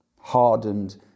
hardened